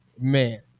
man